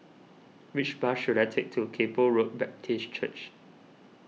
which bus should I take to Kay Poh Road Baptist Church